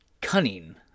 cunning